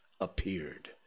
appeared